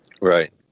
Right